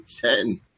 ten